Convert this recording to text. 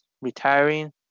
retiring